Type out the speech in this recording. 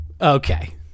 okay